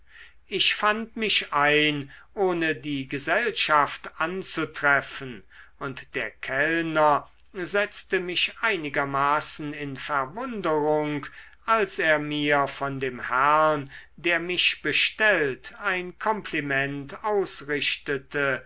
ich fand mich ein ohne die gesellschaft anzutreffen und der kellner setzte mich einigermaßen in verwunderung als er mir von dem herrn der mich bestellt ein kompliment ausrichtete